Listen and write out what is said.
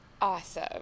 Awesome